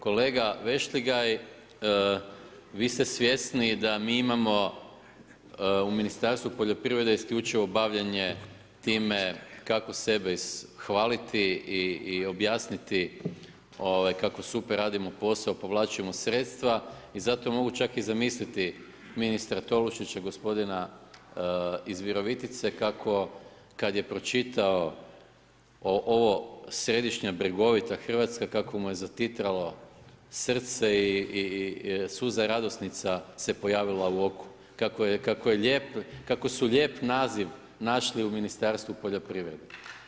Kolega Vešligaj, vi ste svjesni da mi imamo u Ministarstvu poljoprivrede isključivo bavljenje time kako sebe ishvaliti i objasniti kako super radimo posao, povlačimo sredstva i zato mogu čak i zamisliti ministra Tolušića, gospodina iz Virovitice kako kad je pročitao ovo središnja bregovita Hrvatska, kako mu je zatitralo srce i suza radosnica se pojavila u oku, kako su lijep naziv našli u Ministarstvu poljoprivrede.